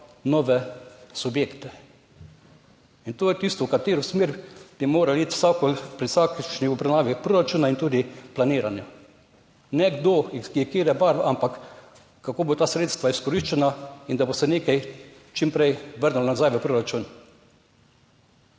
nove subjekte in to je tisto, v katero smer bi moral iti vsak pri vsakršni obravnavi proračuna in tudi planiranja - ne kdo je katere barve, ampak kako bodo ta sredstva izkoriščena in da bo se nekaj čim prej vrnili nazaj v proračun.